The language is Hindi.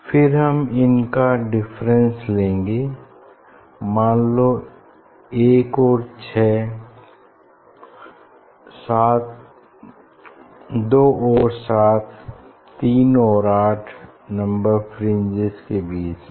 फिर हम इनका डिफरेंस लेंगे मान लो 1 और 6 2 और 7 3 और 8 नम्बर फ्रिंजेस के बीच में